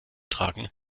tragen